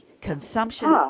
consumption